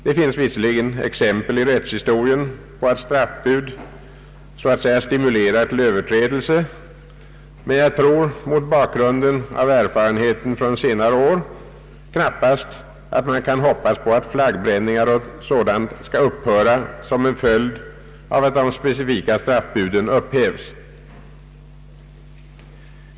Det finns visserligen exempel i rättshistorien på att straffbud så att säga stimulerar till överträdelser, men jag tror mot bakgrunden av erfarenheten från senare år knappast att man kan hopps på att flaggbränningar och dylikt skall upphöra såsom en följd av att de specifika straffbuden upphävs.